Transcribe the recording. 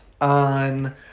On